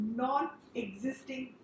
non-existing